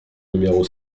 numéro